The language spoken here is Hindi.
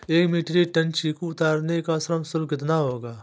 एक मीट्रिक टन चीकू उतारने का श्रम शुल्क कितना होगा?